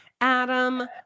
adam